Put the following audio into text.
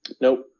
Nope